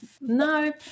no